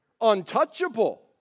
untouchable